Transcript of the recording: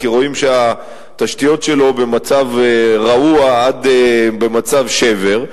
כי רואים שהתשתיות שלו הן במצב רעוע עד מצב שבר.